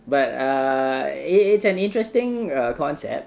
but uh it's an interesting uh concept